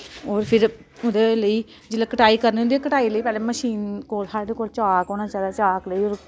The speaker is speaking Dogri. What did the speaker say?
होर फिर उ'दे लेई जिल्लै कटाई करनी होंदी कटाई करने लेई पैह्ले मशीन कोल साढ़े कोल चाक होना चाहिदा चाक लेई